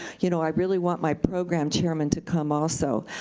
you know, i really want my program chairman to come also.